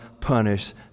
punish